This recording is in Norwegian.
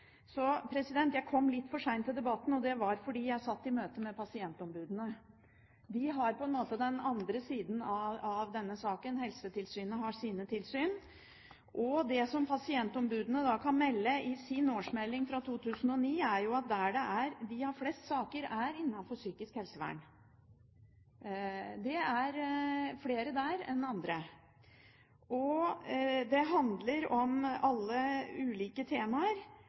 Jeg kom litt for sent til debatten fordi jeg satt i møte med pasientombudene. De har på en måte den andre siden av denne saken. Helsetilsynet har sine tilsyn. Det som pasientombudene kan melde i sin årsmelding fra 2009, er at de har flest saker innenfor psykisk helsevern. Det er flere der enn på andre områder. Det handler om alle ulike temaer,